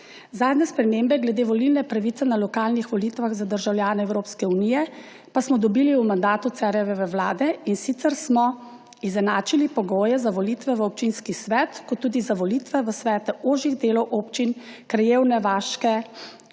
Zadnje spremembe glede volilne pravice na lokalnih volitvah za državljane Evropske unije pa smo dobili v mandatu Cerarjeve vlade, in sicer smo izenačili pogoje za volitve v občinski svet in za volitve v svet ožjih delov občin, krajevne, vaške,